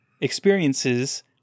experiences